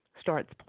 starts